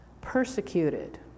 persecuted